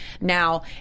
Now